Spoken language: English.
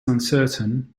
uncertain